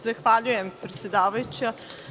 Zahvaljujem, predsedavajuća.